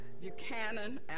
Buchanan